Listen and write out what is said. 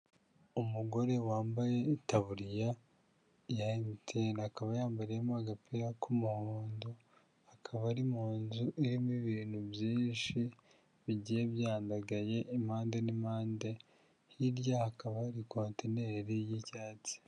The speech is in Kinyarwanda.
Umugore wambaye itaburiya ya MTN, akaba yambariyemo agapira k'umuhondo, akaba ari mu nzu irimo ibintu byinshi, bigiye byandagaye impande n'impande, hirya ha akaba ari kontineri y'icyatsi.